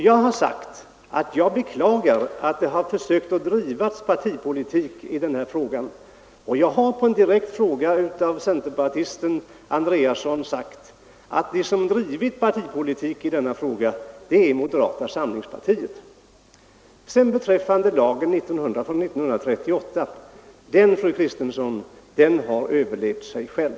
Jag har sagt att jag beklagar att man har försökt driva partipolitik i det här sammanhanget, och på en direkt fråga av centerpartisten herr Andreasson i Östra Ljungby har jag svarat att de som drivit partipolitik här är moderata samlingspartiet. Och lagen från 1938, fru Kristensson, den har överlevt sig själv.